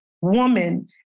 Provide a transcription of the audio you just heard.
woman